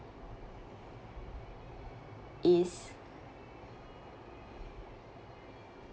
is